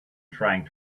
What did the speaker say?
trying